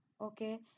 Okay